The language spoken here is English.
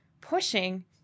pushing